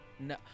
No